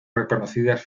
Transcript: reconocidas